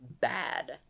bad